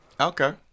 Okay